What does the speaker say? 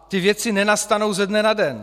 Ty věci nenastanou ze dne na den.